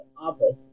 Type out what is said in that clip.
Office